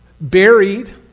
Buried